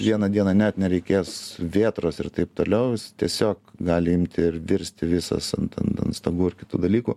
vieną dieną net nereikės vėtros ir taip toliau jis tiesiog gali imti ir virsti visas ant ant ant stogų ir kitų dalykų